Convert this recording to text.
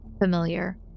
Familiar